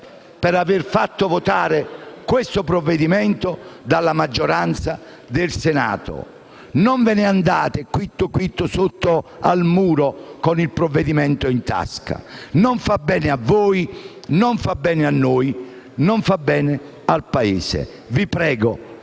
per aver fatto votare questo provvedimento dalla maggioranza del Senato. Non ve ne andate come guitti sotto al muro con il provvedimento in tasca. Non fa bene a voi, non fa bene a noi, non fa bene al Paese. Vi prego,